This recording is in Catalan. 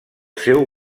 seu